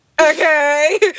Okay